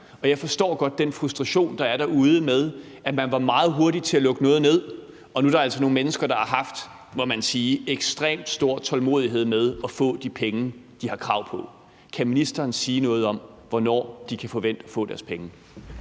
Og jeg forstår godt den frustration, der er derude, over, at man var meget hurtig til at lukke noget ned, og nu er der altså nogle mennesker, der har haft, må man sige, ekstremt stor tålmodighed med at få de penge, de har krav på. Kan ministeren sige noget om, hvornår de kan forvente at få deres penge?